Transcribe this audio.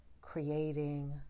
creating